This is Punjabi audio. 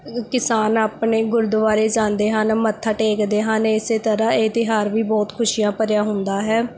ਕਿਸਾਨ ਆਪਣੇ ਗੁਰਦੁਆਰੇ ਜਾਂਦੇ ਹਨ ਮੱਥਾ ਟੇਕਦੇ ਹਨ ਇਸੇ ਤਰ੍ਹਾਂ ਇਹ ਤਿਉਹਾਰ ਵੀ ਬਹੁਤ ਖੁਸ਼ੀਆਂ ਭਰਿਆ ਹੁੰਦਾ ਹੈ